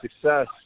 success